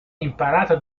imparato